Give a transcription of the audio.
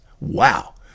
Wow